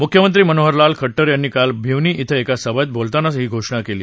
मुख्यमंत्री मनोहर लाल खट्टर यांनी काल भिवनी ध्वें एका सभेत बोलताना ही घोषणा केली